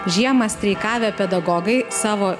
žiemą streikavę pedagogai savo